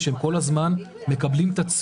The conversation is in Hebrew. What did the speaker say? ומצד שני אנחנו נותנים לזה